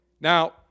Now